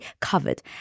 covered